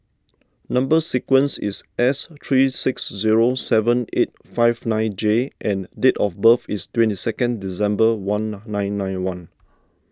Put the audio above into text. Number Sequence is S three six zero seven eight five nine J and date of birth is twenty second December one nine nine one